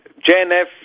JNF